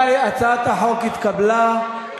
ההצעה להעביר את הצעת חוק פיצוי לפגועים מלידתם,